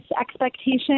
expectation